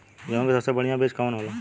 गेहूँक सबसे बढ़िया बिज कवन होला?